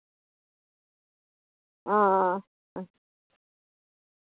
हां